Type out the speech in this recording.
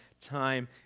time